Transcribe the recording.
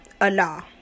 Allah